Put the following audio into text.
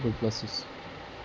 duplexes